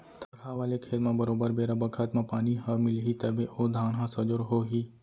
थरहा वाले खेत म बरोबर बेरा बखत म पानी ह मिलही तभे ओ धान ह सजोर हो ही